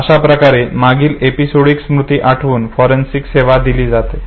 अशा प्रकारे मागील एपिसोडिक स्मृती आठवून फॉरेन्सिक सेवा दिली जाते